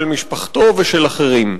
של משפחתו ושל אחרים.